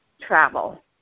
travel